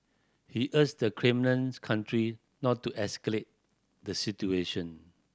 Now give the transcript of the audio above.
he urged the claimant country not to escalate the situation